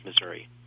Missouri